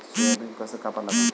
Soybean कस कापा लागन?